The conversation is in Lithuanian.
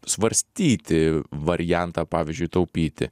svarstyti variantą pavyzdžiui taupyti